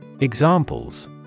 Examples